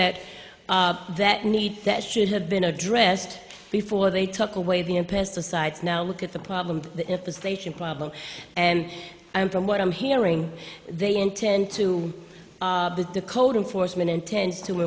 that that need that should have been addressed before they took away the of pesticides now look at the problem if the station problem and i am from what i'm hearing they intend to get the code enforcement intends to